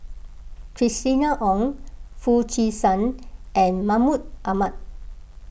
Christina Ong Foo Chee San and Mahmud Ahmad